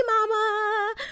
mama